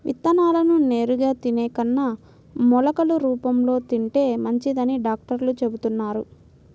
విత్తనాలను నేరుగా తినే కన్నా మొలకలు రూపంలో తింటే మంచిదని డాక్టర్లు చెబుతున్నారు